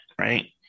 right